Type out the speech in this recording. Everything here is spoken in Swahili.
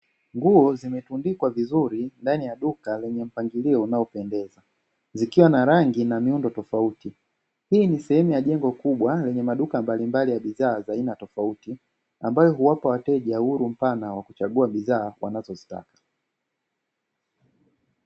Nguo zimetundikwa vizuri ndani ya duka lenye mpangilio unao pendeza, zikiwa na rangi na miundo tofauti, hii ni sehemu ya jengo kubwa lenye maduka mbalimbali ya bidhaa ya aina tofauti ambayo huwapa wateja uhuru mpana wa kuchagua bidhaa wanazozitaka.